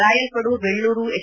Rayalpadu Bellur H